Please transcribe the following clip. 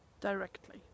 directly